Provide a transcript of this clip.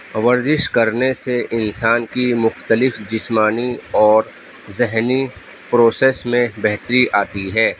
ورزش کرنے سے انسان کی مختلف جسمانی اور ذہنی پروسس میں بہتری آتی ہے